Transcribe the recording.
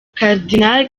karidinali